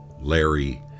Larry